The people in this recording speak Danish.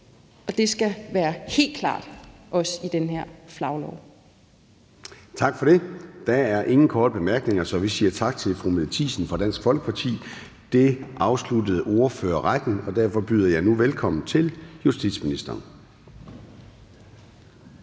og det skal være helt klart, også i den her flaglov. Kl. 13:51 Formanden (Søren Gade): Tak for det. Der er ingen korte bemærkninger, så vi siger tak til fru Mette Thiesen fra Dansk Folkeparti. Det afslutter ordførerrækken, og derfor byder jeg nu velkommen til justitsministeren.